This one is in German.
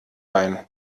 bein